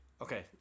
Okay